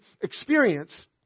experience